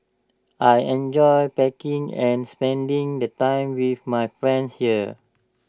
I enjoy packing and spending the time with my friends here